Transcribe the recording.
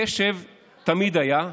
קשב תמיד היה,